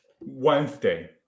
wednesday